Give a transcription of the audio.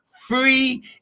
free